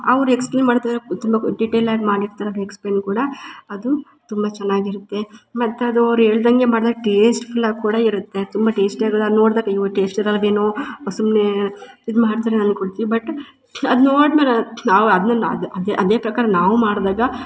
ಅವ್ರ ಎಕ್ಸ್ಪ್ಲೆ ಮಾಡ್ತಿದ್ದಾರೆ ತುಂಬ ಡಿಟೇಲಾಗ ಮಾಡಿರ್ತಾರ ಎಕ್ಸ್ಪ್ಲೆನ್ ಕೂಡ ಅದು ತುಂಬ ಚೆನ್ನಾಗಿರುತ್ತೆ ಮತ್ತೆ ಅದು ಅವ್ರ ಹೇಳ್ದಂಗೆ ಮಾಡ್ದಗ ಟೇಸ್ಟ್ ಪುಲಾಗ್ ಕೂಡ ಇರುತ್ತೆ ತುಂಬ ಟೇಸ್ಟಿ ಎಲ್ಲ ನೋಡ್ದಾಗ ಅಯ್ಯೋ ಟೇಸ್ಟ್ ಇರೋದು ಏನು ಸುಮ್ಮನೆ ಇದು ಮಾಡ್ತಾರೆ ಅನ್ಕೊಳ್ತಿ ಬಟ್ ಅದು ನೋಡ್ಮೇಲೆ ನಾವು ಅದನ್ನ ಅದು ಅದೇ ಅದೇ ಪ್ರಕಾರ ನಾವು ಮಾಡ್ದಾಗ